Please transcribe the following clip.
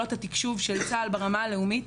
ויכולות התקשוב של צה"ל ברמה הלאומית.